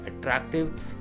attractive